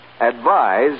advise